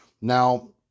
now